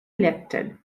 elected